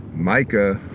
micah,